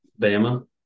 Bama